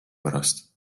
pärast